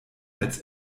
als